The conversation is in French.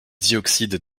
dioxyde